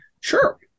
sure